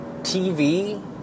TV